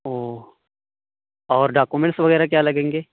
اوہ اور ڈاکومنٹس وغیرہ کیا لگیں گے